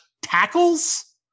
tackles